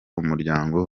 umuryango